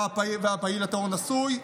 היה פעיל הטרור נשוי,